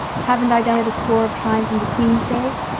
haven't i done it a score of times in the queen's days?